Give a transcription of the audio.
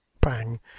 bang